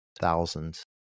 thousands